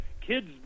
kids